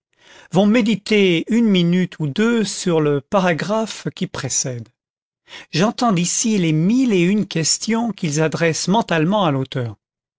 vont méditer une minute ou deux sur le paragraphe qui précède j'entends d'ici les mille et une questions qu'ils adressent mentalement à l'auteur